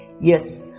Yes